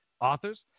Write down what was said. authors